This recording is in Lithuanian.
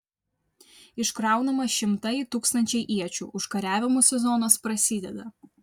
iškraunama šimtai tūkstančiai iečių užkariavimų sezonas prasideda